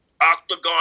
Octagon